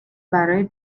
برای